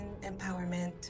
empowerment